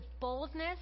boldness